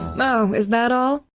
oh, is that all?